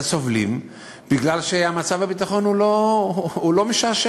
סובלים בגלל שמצב הביטחון הוא לא משעשע.